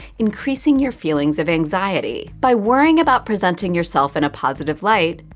increasing your feelings of anxiety. by worrying about presenting yourself in a positive light,